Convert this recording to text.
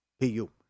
PU